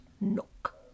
nook